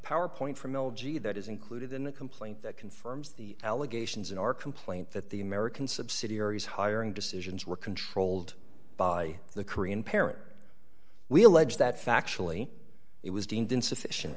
power point from elegy that is included in a complaint that confirms the allegations in our complaint that the american subsidiaries hiring decisions were controlled by the korean parent we allege that factually it was deemed insufficient